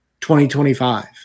2025